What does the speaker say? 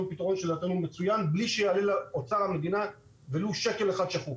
יש לנו פתרון מצוין שלא יעלה לאוצר המדינה ולו שקל אחד שחוק.